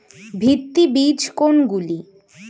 ভিত্তি বীজ কোনগুলি?